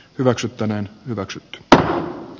hyväksyttävän hyväksi että p